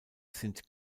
sind